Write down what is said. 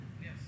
Yes